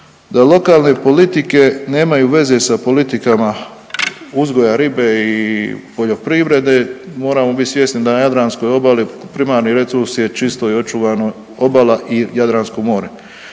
lokalne politike nemaju veze sa politikama uzgoja ribe i poljoprivrede. Moramo bit svjesni da na Jadranskoj obali primarni resurs je čisto i očuvano obala i Jadransko more.